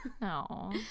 No